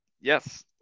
Yes